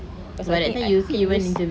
because by right I use